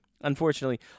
Unfortunately